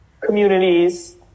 communities